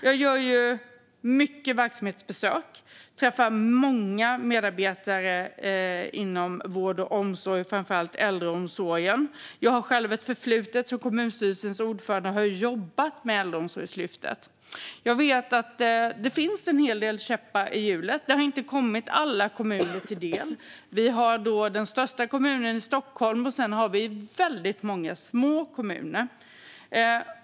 Jag gör många verksamhetsbesök och träffar många medarbetare inom vård och omsorg, framför allt inom äldreomsorgen. Jag har själv ett förflutet som kommunstyrelsens ordförande och har jobbat med Äldreomsorgslyftet. Jag vet att det finns en hel del käppar i hjulet. Det har inte kommit alla kommuner till del. Vi har den största kommunen, det vill säga Stockholm, och sedan har vi väldigt många små kommuner.